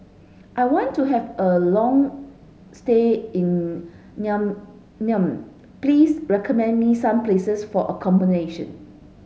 I want to have a long stay in Niamey please recommend me some places for accommodation